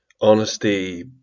honesty